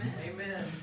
Amen